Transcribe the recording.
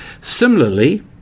Similarly